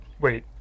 Wait